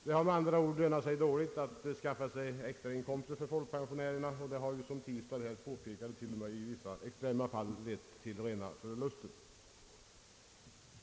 Det har med andra ord lönat sig dåligt att skaffa sig extrainkomster för folkpensionärerna och det har till och med — som herr Tistad här påpekat — i vissa extrema fall lett till rena förlusten.